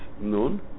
Nun